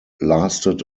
lasted